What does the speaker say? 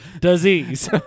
disease